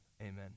amen